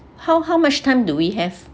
how how much time do we have